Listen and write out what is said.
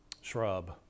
shrub